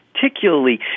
particularly